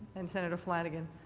and senator flanagan,